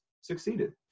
succeeded